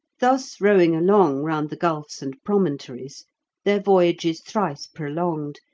thus rowing along round the gulfs and promontories, their voyage is thrice prolonged,